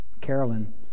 Carolyn